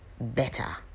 better